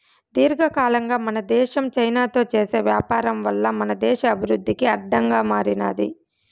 దీర్ఘకాలంగా మన దేశం చైనాతో చేసే వ్యాపారం వల్ల మన దేశ అభివృద్ధికి అడ్డంగా మారినాది